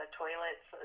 toilets